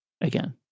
again